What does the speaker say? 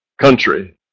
country